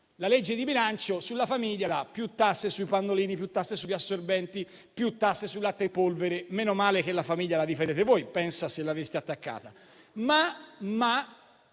di legge di bilancio per la famiglia prevede più tasse sui pannolini, più tasse sugli assorbenti, più tasse sul latte in polvere. Meno male che la famiglia voi la difendete, pensa se l'aveste attaccata!